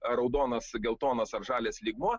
raudonas geltonas ar žalias lygmuo